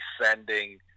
sending